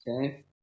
Okay